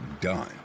done